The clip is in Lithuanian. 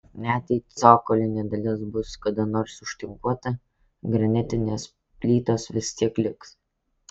net jei cokolinė dalis bus kada nors užtinkuota granitinės plytos vis tiek liks